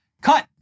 Cut